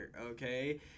Okay